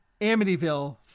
Amityville